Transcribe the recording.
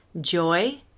joy